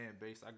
base